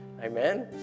Amen